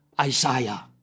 Isaiah